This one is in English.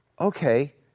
Okay